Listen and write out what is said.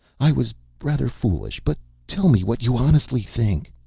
i was rather foolish, but tell me what you honestly think.